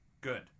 Good